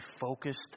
focused